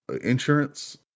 insurance